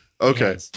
Okay